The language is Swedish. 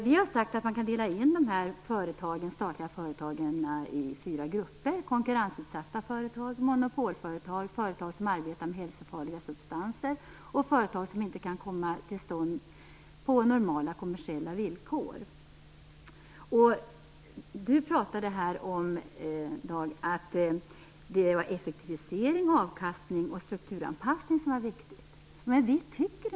Vi har sagt att man kan dela in de statliga företagen i fyra grupper: konkurrensutsatta företag, monopolföretag, företag som arbetar med hälsofarliga substanser och företag som inte kan komma till stånd på normala, kommersiella villkor. Dag Ericson pratade om att det var effektivisering, avkastning och strukturanpassning som var viktigt.